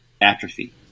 atrophy